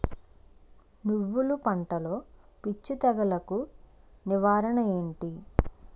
నువ్వులు పంటలో పిచ్చి తెగులకి నివారణ ఏంటి?